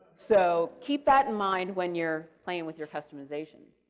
so, keep that in mind when you're playing with your customization